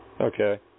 Okay